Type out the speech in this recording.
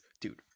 dude